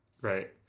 Right